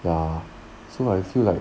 ya so I feel like